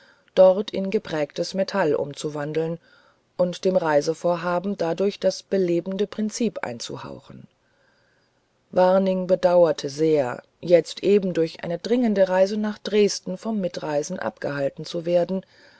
dort in geprägtes metall umzuwandeln und dem reisevorhaben dadurch das belebende prinzip einzuhauchen waring bedauerte sehr jetzt eben durch eine dringende reise nach dresden vom mitreisen abgehalten zu werden